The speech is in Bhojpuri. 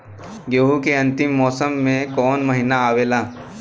गेहूँ के अंतिम मौसम में कऊन महिना आवेला?